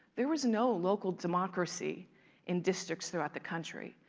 there was no local democracy in districts throughout the country.